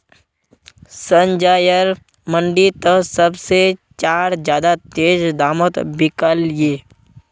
संजयर मंडी त सब से चार ज्यादा तेज़ दामोंत बिकल्ये